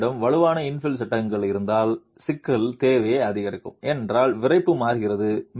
உங்களிடம் வலுவான இன்ஃபில் சட்டங்கள் இருந்தால் சிக்கல் தேவை அதிகரிக்கும் ஏனென்றால் விறைப்பு மாறுகிறது